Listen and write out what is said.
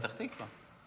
בפתח תקווה.